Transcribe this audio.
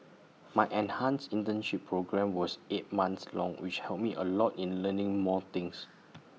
my enhanced internship programme was eight months long which helped me A lot in learning more things